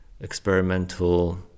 experimental